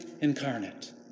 incarnate